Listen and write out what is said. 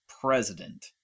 President